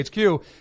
HQ